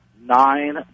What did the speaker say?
Nine